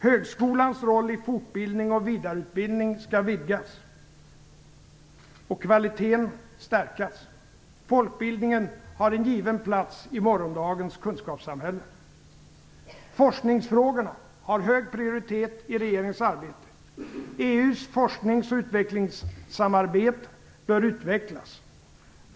Högskolans roll i fortbildning och vidareutbildning skall vidgas och kvaliteten stärkas. Folkbildningen har en given plats i morgondagens kunskapssamhälle. Forskningsfrågorna har hög prioritet i regeringens arbete. EU:s forsknings och utvecklingssamarbete bör utvecklas.